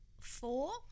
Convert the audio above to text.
four